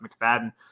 McFadden